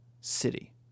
city